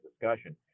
discussion